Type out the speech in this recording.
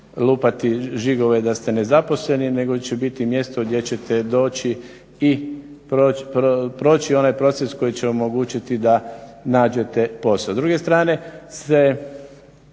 lupati žigove da ste nezaposleni nego će biti mjesto gdje ćete doći i proći onaj proces koji će omogućiti da nađete posao.